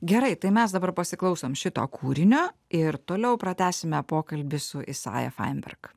gerai tai mes dabar pasiklausom šito kūrinio ir toliau pratęsime pokalbį su isaja fainberg